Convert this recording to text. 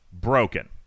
broken